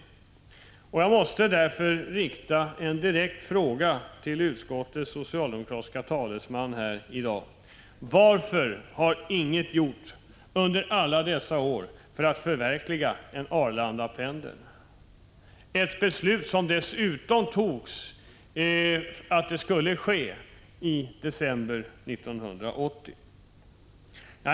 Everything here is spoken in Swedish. Jag måste därför rikta en direkt fråga till utskottets socialdemokratiske talesman här i dag: Varför har inget gjorts under alla dessa år för att förverkliga en Arlandapendel? Beslutet härom fattades i december 1980.